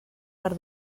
per